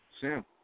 Sam